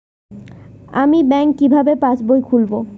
আমি ব্যাঙ্ক কিভাবে পাশবই খুলব?